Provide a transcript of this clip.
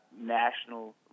national